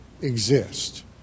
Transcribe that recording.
exist